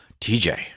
TJ